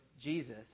Jesus